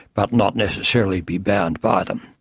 but not necessarily be bound by them.